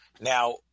Now